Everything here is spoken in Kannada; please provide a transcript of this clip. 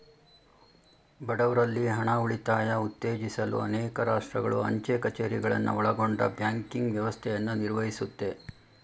ಬಡವ್ರಲ್ಲಿ ಹಣ ಉಳಿತಾಯ ಉತ್ತೇಜಿಸಲು ಅನೇಕ ರಾಷ್ಟ್ರಗಳು ಅಂಚೆ ಕಛೇರಿಗಳನ್ನ ಒಳಗೊಂಡ ಬ್ಯಾಂಕಿಂಗ್ ವ್ಯವಸ್ಥೆಯನ್ನ ನಿರ್ವಹಿಸುತ್ತೆ